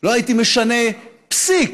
לא הייתי משנה פסיק